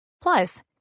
Plus